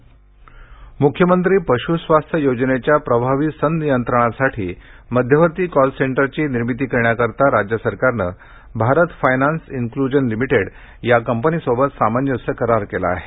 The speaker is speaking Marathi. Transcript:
पश्स्वास्थ्य म्ख्यमंत्री पश् स्वास्थ्य योजनेच्या प्रभावी संनियंत्रणासाठी मध्यवर्ती कॉल सेंटरची निर्मिती करण्याकरता राज्य सरकारनं भारत फायनांस इन्क्लूजन लिमिटेड या कंपनीसोबत सामंजस्य करार केला आहे